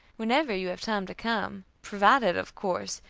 whenever you have time to come provided, of course,